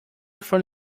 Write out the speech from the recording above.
phone